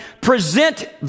present